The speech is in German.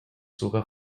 sogar